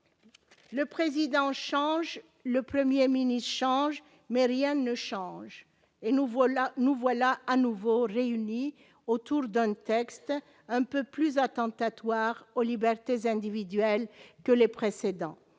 Le président change le 1er mini-change mais rien ne change, et nous voilà, nous voilà à nouveau autour donne texte un peu plus attentatoire aux libertés individuelles que les précédents